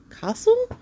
Castle